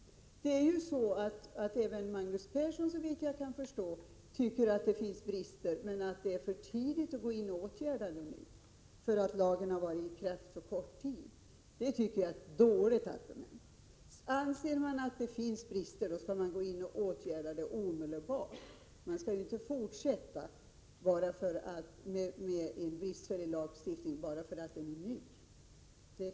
Även Magnus Persson tycker, såvitt jag förstår, att det finns brister men att det nu är för tidigt att åtgärda dem, därför att lagen har varit i kraft för kort tid. Det tycker jag är ett dåligt argument. Anser man att det finns brister skall man omedelbart åtgärda dem. Man skall inte fortsätta med en bristfällig lagstiftning bara för att den är ny.